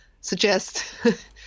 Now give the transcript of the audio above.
suggest